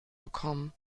bekommen